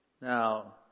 Now